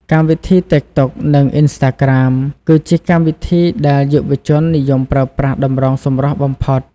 កម្មវិធីតីកតុក និង អុីនស្តាក្រាម គឺជាកម្មវិធីដែលយុវជននិយមប្រើប្រាស់តម្រងសម្រស់បំផុត។